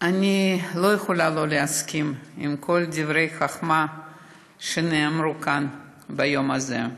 אני לא יכולה שלא להסכים לכל דברי החוכמה שנאמרו כאן ביום הזה.